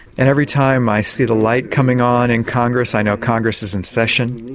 and every time i see the light coming on in congress i know congress is in session,